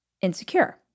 insecure